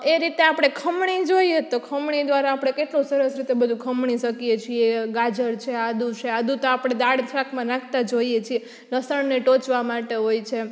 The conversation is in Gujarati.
એ રીતે આપણે ખમણી જોઈએ તો ખમણી દ્વારા આપણે કેટલું સરસ રીતે બધું ખમણી શકીએ છીએ ગાજર છે આદું છે આદું તો આપણે દાળ શાકમાં નાખતા જ હોઈએ છીએ લસણને ટોચવા માટે હોય છે